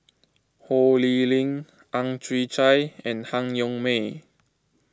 Ho Lee Ling Ang Chwee Chai and Han Yong May